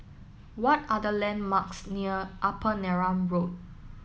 what are the landmarks near Upper Neram Road